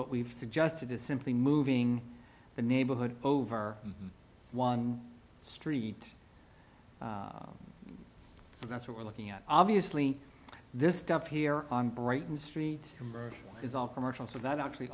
what we've suggested is simply moving the neighborhood over one street so that's what we're looking at obviously this stuff here on brighton street commercial is all commercial so that actually